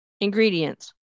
ingredients